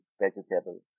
vegetable